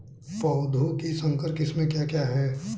पौधों की संकर किस्में क्या क्या हैं?